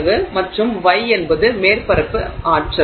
மற்றும் γ என்பது மேற்பரப்பு ஆற்றல்